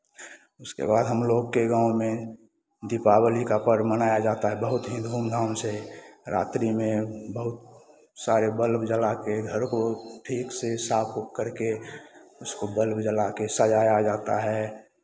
उसके बाद हमलोग के गांव में दीपावली का पर्व मनाया जाता है बहुत ही धूमधाम से रात्रि में बहुत सारे बल्ब जलाके घर को ठीक से साफ उफ करके उसको बल्ब जलाके सजाया जाता है